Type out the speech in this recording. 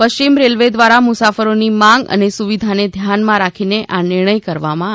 પશ્ચિમ રેલવે દ્વારા મુસાફરોની માંગ અને સુવિધાને ધ્યાનમાં રાખીને આ નિર્ણય કરવામાં આવ્યો છે